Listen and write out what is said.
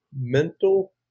mental